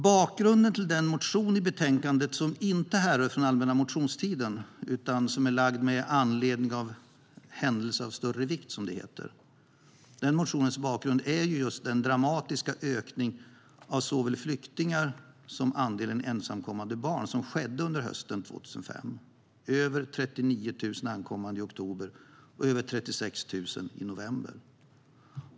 Bakgrunden till den motion i betänkandet som inte härrör från allmänna motionstiden, utan som är väckt med anledning av händelse av större vikt som det heter, är den dramatiska ökning av såväl flyktingar som ensamkommande barn som skedde under hösten 2015. Det var över 39 000 ankommande i oktober och över 36 000 i november.